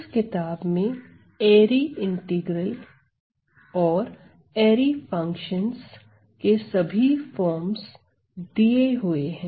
इस किताब में एरी इंटीग्रल और एरी फंक्शंस के सभी फॉर्म्स दिए हुए हैं